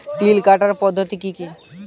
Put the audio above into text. তিল কাটার পদ্ধতি কি কি?